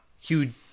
huge